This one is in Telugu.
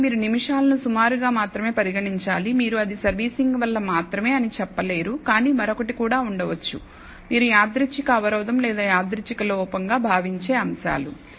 కాబట్టి మీరు నిమిషాలను సుమారుగా మాత్రమే పరిగణించాలి మీరు అది సర్వీసింగ్ వల్ల మాత్రమే అని చెప్పలేరు కానీ మరొకటి కూడా ఉండవచ్చు మీరు యాదృచ్ఛిక అవరోధం లేదా యాదృచ్ఛిక లోపంగా భావించే అంశాలు